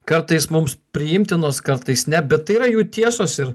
kartais mums priimtinos kartais ne bet tai yra jų tiesos ir